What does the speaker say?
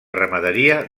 ramaderia